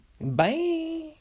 bye